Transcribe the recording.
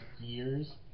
Years